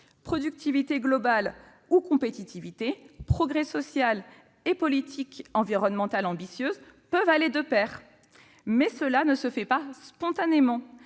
productivité globale ou compétitivité, progrès social et politiques environnementales ambitieuses peuvent aller de pair, mais [...] cela ne se fait pas spontanément.